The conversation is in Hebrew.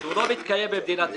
שהוא לא מתקיים במדינת ישראל: